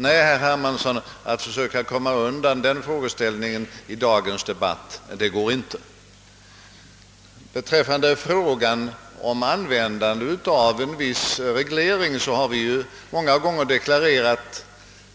Nej, herr Hermansson, att komma undan den frågeställningen i dagens debatt går inte. Vad beträffar användandet av en viss reglering vill jag säga att vi många gånger har deklarerat